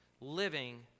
living